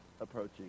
approaching